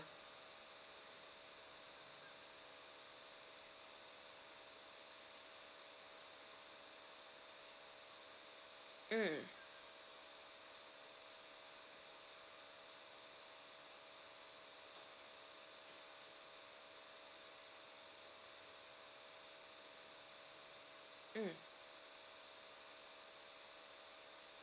mm mm